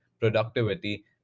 productivity